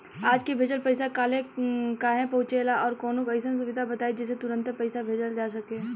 आज के भेजल पैसा कालहे काहे पहुचेला और कौनों अइसन सुविधा बताई जेसे तुरंते पैसा भेजल जा सके?